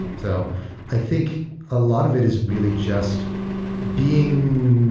so i think a lot of it is really just being,